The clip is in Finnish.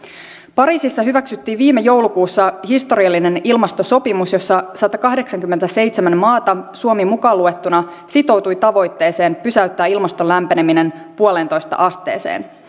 pariisissa hyväksyttiin viime joulukuussa historiallinen ilmastosopimus jossa satakahdeksankymmentäseitsemän maata suomi mukaan luettuna sitoutui tavoitteeseen pysäyttää ilmaston lämpeneminen yhteen pilkku viiteen asteeseen